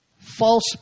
False